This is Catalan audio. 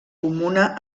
comuna